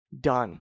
done